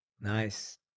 Nice